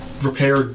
Repair